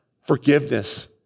Forgiveness